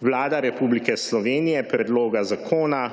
Vlada Republike Slovenije predloga zakona